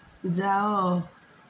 ଯାଅ